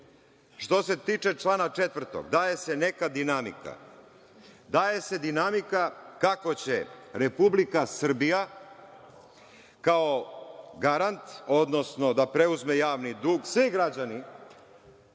se tiče člana 4. daje se neka dinamika. Daje se dinamika kako će Republika Srbija kao garant, odnosno da preuzme javni dug, svi građani.